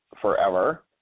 forever